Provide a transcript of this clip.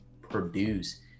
produce